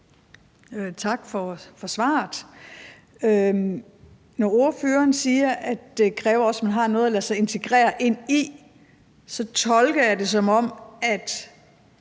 Tak for svaret. Når ordføreren siger, at det kræver, at man også har noget at lade sig integrere ind i, så tolker jeg det, som om